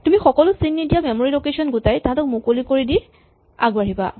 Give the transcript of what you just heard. তুমি সকলো চিন নিদিয়া মেমৰী লকেচন গোটাই তাঁহাতক মুকলি কৰি দি আগবাঢ়িবা